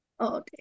Okay